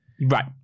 Right